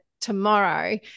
tomorrow